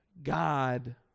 god